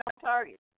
target